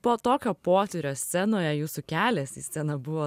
po tokio potyrio scenoje jūsų kelias į sceną buvo